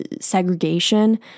segregation